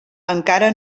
encara